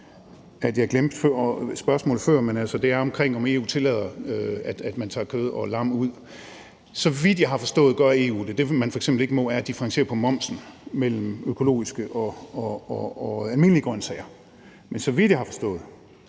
jeg glemte spørgsmålet før, men det var altså, om EU tillader, at man tager okse- og lammekød ud. Så vidt jeg har forstået, gør EU det. Det, man f.eks. ikke må, er at differentiere momsen mellem økologiske og almindelige grønsager. Men så vidt jeg har forstået